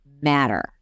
matter